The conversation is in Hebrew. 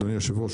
אדוני היושב-ראש,